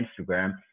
Instagram